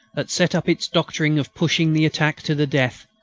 that set up its doctrine of pushing the attack to the death,